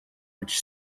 which